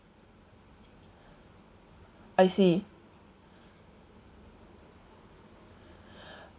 I see